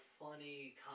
funny